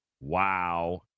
wow